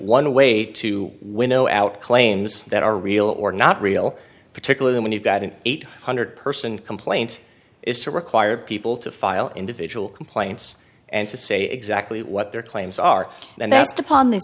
one way to winnow out claims that are real or not real particularly when you've got an eight hundred person complaint is to require people to file individual complaints and to say exactly what their claims are and that's to pawn the